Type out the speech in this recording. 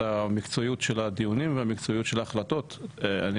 המקצועיות של הדיונים והמקצועיות של ההחלטות אני